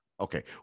Okay